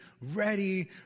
ready